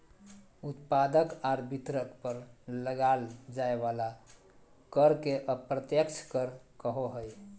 उत्पादक आर वितरक पर लगाल जाय वला कर के अप्रत्यक्ष कर कहो हइ